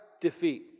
defeat